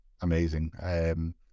amazing